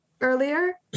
earlier